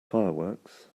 fireworks